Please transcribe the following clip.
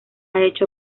hecho